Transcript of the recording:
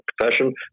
profession